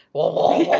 whoa